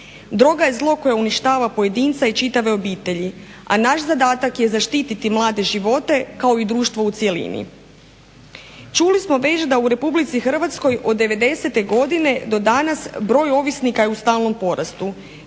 Droga je zlo koje uništava pojedinca i čitave obitelji, a naš zadatak je zaštititi mlade živote, kao i društvo u cjelini. Čuli smo već da u Republici Hrvatskoj od '90. godine do danas broj ovisnika je u stalnom porastu,